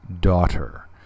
Daughter